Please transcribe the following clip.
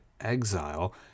exile